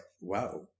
wow